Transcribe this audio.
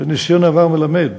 וניסיון העבר מלמד